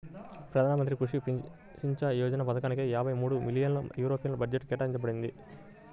ప్రధాన మంత్రి కృషి సించాయ్ యోజన పథకానిక యాభై మూడు బిలియన్ యూరోల బడ్జెట్ కేటాయించబడింది